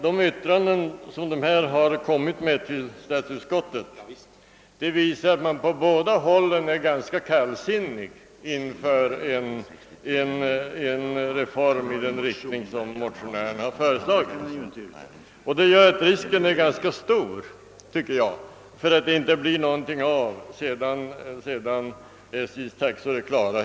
De yttranden som dessa myndigheter lämnat till statsutskottet visar enligt min mening, att båda är ganska kallsinniga inför en reform av det slag motionärerna föreslagit. Jag tycker därför att risken är ganska stor att det inte heller blir någonting av sedan SJ:s taxor är klara.